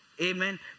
amen